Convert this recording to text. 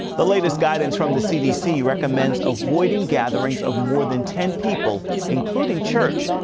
the latest guidance from the cdc recommends avoiding gatherings of more than ten people, including church.